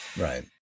Right